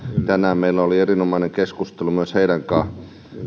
tänään meillä oli erinomainen keskustelu myös heidän kanssaan